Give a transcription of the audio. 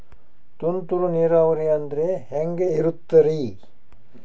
ತುಂತುರು ನೇರಾವರಿ ಅಂದ್ರೆ ಹೆಂಗೆ ಇರುತ್ತರಿ?